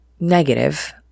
negative